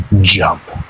Jump